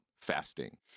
fasting